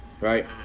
Right